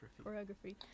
choreography